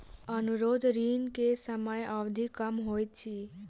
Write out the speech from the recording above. अनुरोध ऋण के समय अवधि कम होइत अछि